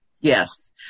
Yes